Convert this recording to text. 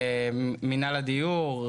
מינהל הדיור,